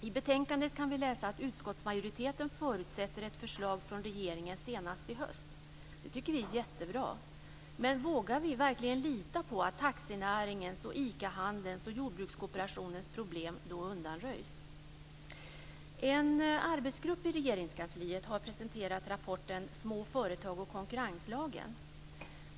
I betänkandet kan vi läsa att utskottsmajoriteten förutsätter ett förslag från regeringen senast i höst. Det tycker vi är jättebra, men vågar vi verkligen lita på att taxinäringens, ICA-handelns och jordbrukskoooperationens problem då undanröjs? En arbetsgrupp i Regeringskansliet har presenterat rapporten Små företag och konkurrenslagen.